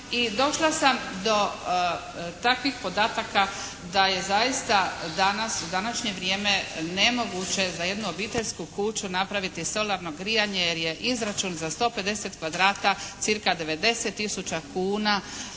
i došla sam do takvih podataka da je zaista danas, u današnje vrijeme nemoguće za jednu obiteljsku kuću napraviti solarno grijanje jer je izračun za 150 kvadrata cca 90 tisuća kuna